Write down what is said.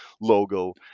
logo